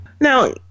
Now